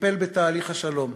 טיפל בתהליך השלום,